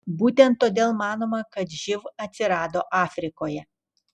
būtent todėl manoma kad živ atsirado afrikoje